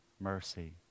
mercy